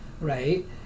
right